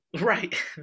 right